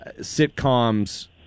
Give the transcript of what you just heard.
sitcoms